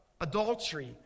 adultery